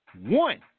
One